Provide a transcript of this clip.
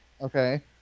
Okay